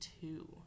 two